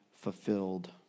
fulfilled